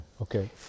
Okay